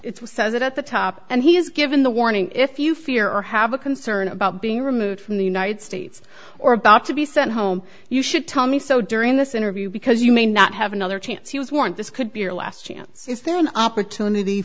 language says it at the top and he is given the warning if you fear or have a concern about being removed from the united states or about to be sent home you should tell me so during this interview because you may not have another chance he was warned this could be your last chance is there an opportunity